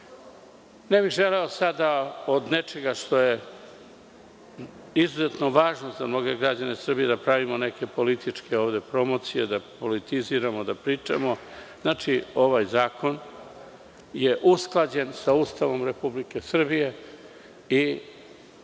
bih želeo sada da od nečega što je izuzetno važno za mnoge građane Srbije pravimo neke političke promocije, da politiziramo, da pričamo. Znači, ovaj zakon je usklađen sa Ustavom Republike Srbije i